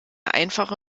einfache